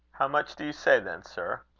how much do you say, then, sir?